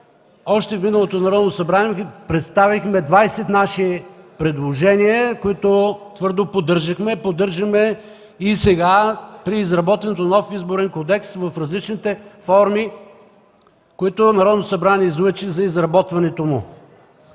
още в миналото Народно събрание представихме 20 наши предложения, които твърдо поддържахме, поддържаме и сега при изработването на нов Изборен кодекс в различните форми, които Народното събрание излъчи за изработването му.